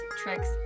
tricks